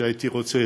שהייתי רוצה